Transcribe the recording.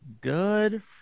Good